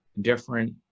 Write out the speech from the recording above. different